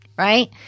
Right